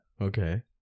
Okay